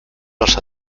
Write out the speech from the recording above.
los